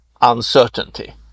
uncertainty